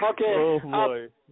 Okay